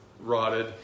Rotted